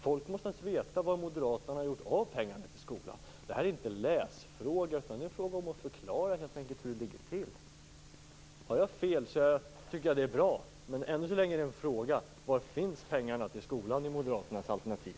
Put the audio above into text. Folk måste få veta var moderaterna har avsatt pengar till skolan. Detta är inte läsfråga, utan det är helt enkelt en fråga om att förklara hur det ligger till. Har jag fel, så är det bra. Men ännu är det min fråga: Var finns pengarna till skolan i moderaternas alternativ?